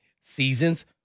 seasons